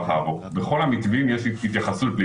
אבל הסיפור של